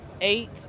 eight